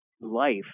life